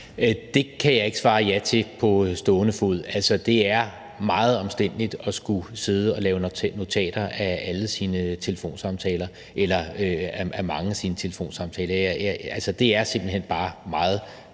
Det kan jeg ikke svare ja til på stående fod. Altså, det er meget omstændeligt at skulle sidde og lave notater af alle sine telefonsamtaler eller af mange af dem,